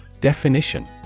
Definition